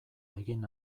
egin